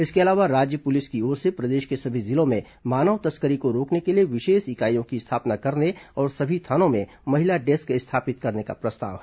इसके अलावा राज्य पुलिस की ओर से प्रदेश के सभी जिलों में मानव तस्करी को रोकने के लिए विशेष इकाइयों की स्थापना करने और सभी थानों में महिला डेस्क स्थापित करने का प्रस्ताव है